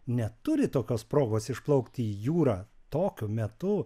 neturi tokios progos išplaukti į jūrą tokiu metu